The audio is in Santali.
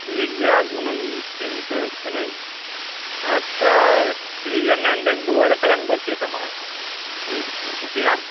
ᱴᱷᱤᱠ ᱜᱮᱭᱟ ᱜᱩᱱᱟᱹᱱ ᱪᱤᱱᱛᱟᱹᱜ ᱠᱟᱹᱱᱟᱹᱧ ᱟᱪᱷᱟ ᱴᱷᱤᱠ ᱜᱮᱭᱟ ᱢᱮᱱᱫᱟᱹᱧ ᱫᱩ ᱦᱟᱡᱟᱴ ᱴᱟᱠᱟᱧ ᱵᱟᱹᱲᱛᱤ ᱛᱟᱢᱟ ᱟᱪᱷᱟ ᱦᱩᱭᱩᱜ ᱠᱩᱥᱤᱜ ᱟᱢ